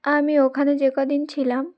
আমি ওখানে যে কদিন ছিলাম